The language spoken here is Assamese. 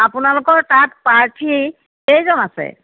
আপোনালোকৰ তাত প্ৰাৰ্থী কেইজন আছে